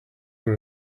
were